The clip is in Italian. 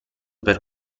per